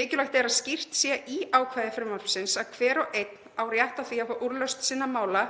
Mikilvægt er að skýrt sé í ákvæði frumvarpsins að hver og einn á rétt á því að fá úrlausn sinna mála